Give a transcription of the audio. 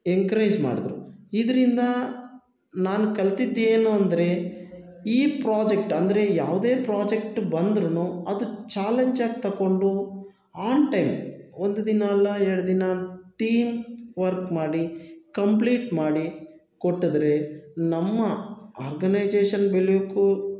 encourage ಮಾಡಿದ್ರು ಇದರಿಂದ ನಾನು ಕಲ್ತಿದ್ದು ಏನು ಅಂದರೆ ಈ ಪ್ರಾಜೆಕ್ಟ್ ಅಂದರೆ ಯಾವುದೇ ಪ್ರಾಜೆಕ್ಟ್ ಬಂದ್ರೂ ಅದು ಚಾಲೆಂಜಾಗಿ ತಗೊಂಡು ಆನ್ ಟೈಮ್ ಒಂದು ದಿನ ಅಲ್ಲ ಎರ್ಡು ದಿನ ಟೀಮ್ ವರ್ಕ್ ಮಾಡಿ ಕಂಪ್ಲೀಟ್ ಮಾಡಿ ಕೊಟ್ಟಿದ್ರೆ ನಮ್ಮ ಆರ್ಗನೈಜೇಷನ್ ಬೆಳಿಯೋಕೂ